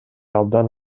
абдан